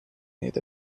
need